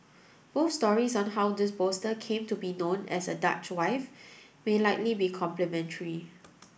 both stories on how this bolster came to be known as a Dutch wife may likely be complementary